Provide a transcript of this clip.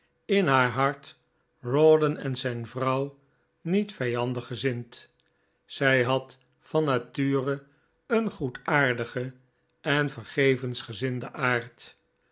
in haar hart rawdon en zijn vrouw niet vijandig gezind zij had van nature een goedaardigen en vergevensgezinden aard